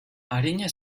arina